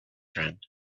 friend